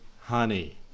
honey